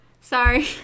Sorry